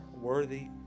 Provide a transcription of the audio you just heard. worthy